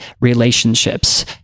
relationships